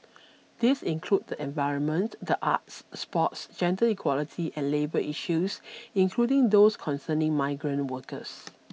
these include the environment the arts sports gender equality and labour issues including those concerning migrant workers